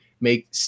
make